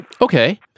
Okay